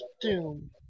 Doom